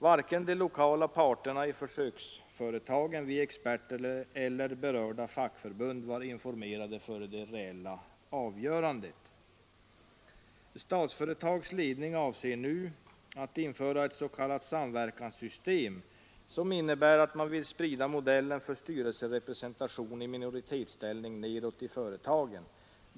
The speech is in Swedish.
Varken de lokala parterna i försöksföretagen, vi experter eller berörda fackförbund var informerade före det reella avgörandet. Statsföretags ledning avser nu ——— att införa sk ”samverkanssystem” som innebär att man vill sprida modellen för - styrelserepresentation i minoritetsställning nedåt i företagen.